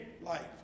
life